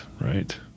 Right